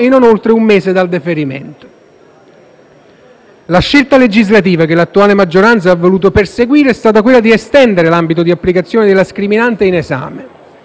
e non oltre un mese dal deferimento. La scelta legislativa che l'attuale maggioranza ha voluto perseguire è stata quella di estendere l'ambito di applicazione della scriminante in esame,